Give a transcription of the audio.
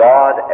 God